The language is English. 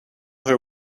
her